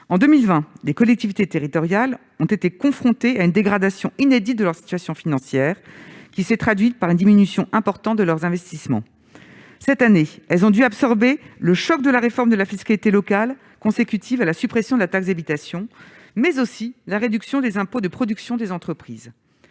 En 2020, les collectivités territoriales ont été confrontées à une dégradation inédite de leur situation financière, qui s'est traduite par une diminution importante de leurs investissements. Cette année, elles ont dû absorber le choc de la réforme de la fiscalité locale consécutive à la suppression de la taxe d'habitation, mais aussi la réduction des impôts de production des entreprises.